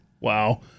Wow